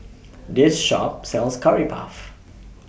This Shop sells Curry Puff